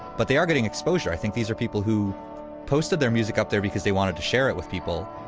but they are getting exposure. i think these are people who posted their music up there because they wanted to share it with people,